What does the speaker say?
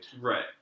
Right